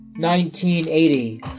1980